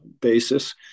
basis